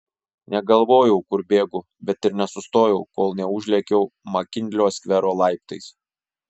negalvojau kur bėgu bet ir nesustojau kol neužlėkiau makinlio skvero laiptais